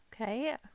Okay